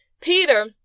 Peter